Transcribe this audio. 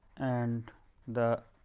and the